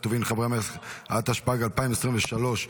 התשפ"ג 2023,